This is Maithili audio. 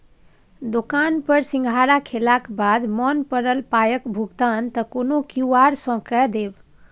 दोकान पर सिंघाड़ा खेलाक बाद मोन पड़ल पायक भुगतान त कोनो क्यु.आर सँ कए देब